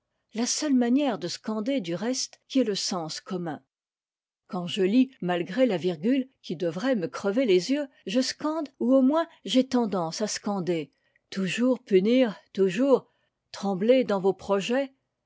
la seule manière de scander du reste qui ait le sens commun quand je lis malgré la virgule qui devrait me crever les yeux je scande ou au moins j'ai tendance à scander toujours punir toujours trembler dans vos projets